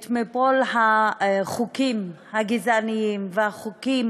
עת מבול החוקים הגזעניים והחוקים